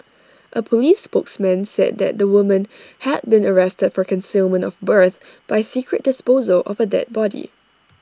A Police spokesman said that the woman had been arrested for concealment of birth by secret disposal of A dead body